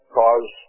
cause